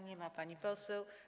Nie ma pani poseł.